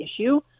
issue